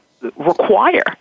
require